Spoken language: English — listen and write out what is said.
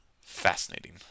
fascinating